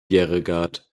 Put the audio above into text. bjerregaard